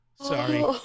Sorry